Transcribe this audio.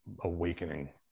awakening